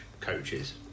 coaches